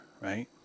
right